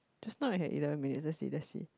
just now I had eleven minutes eh that's it that's it